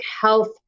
health